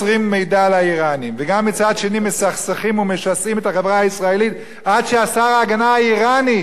מסכסכים ומשסים את החברה הישראלית עד ששר ההגנה האירני יודע לומר שמדינת